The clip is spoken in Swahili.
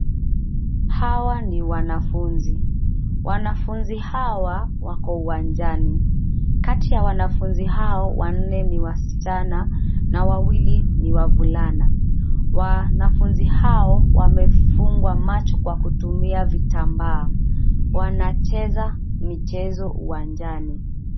Hawa ni wanafunzi. Wanafunzi hawa wako uwanjani. Kati ya wanafunzi hao wanne ni wasichana na wawili ni wavulana. Wanafunzi hao wamefungwa macho kwa kutumia vitambaa. Wanacheza michezo uwanjani.